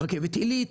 רכבת עילית,